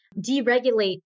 deregulate